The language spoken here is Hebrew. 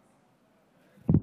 אדוני,